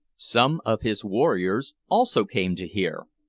some of his warriors also came to hear,